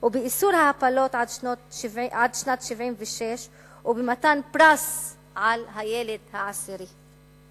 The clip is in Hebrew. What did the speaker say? באיסור הפלות עד שנת 1976 ובמתן פרס על הילד העשירי.